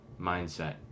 mindset